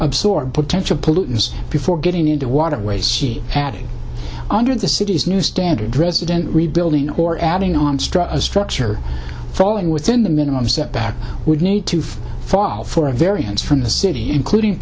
absorb potential pollutants before getting into waterways he added under the city's new standard resident rebuilding or adding on straw a structure falling within the minimum setback would need to for fall for a variance from the city including